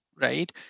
right